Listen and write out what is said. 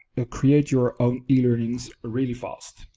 ah create your own e-learnings really fast.